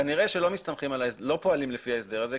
כנראה שלא פועלים לפי ההסדר הזה,